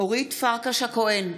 אורית פרקש הכהן,